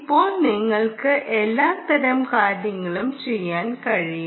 ഇപ്പോൾ നിങ്ങൾക്ക് എല്ലാത്തരം കാര്യങ്ങളും ചെയ്യാൻ കഴിയും